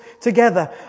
together